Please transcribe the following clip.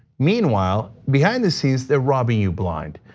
meanwhile behind the scenes, they're robbing you blind.